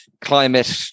climate